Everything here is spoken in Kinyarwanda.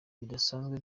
bidasanzwe